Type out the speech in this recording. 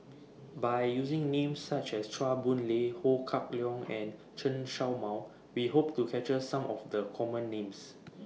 By using Names such as Chua Boon Lay Ho Kah Leong and Chen Show Mao We Hope to capture Some of The Common Names